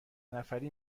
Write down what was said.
نفری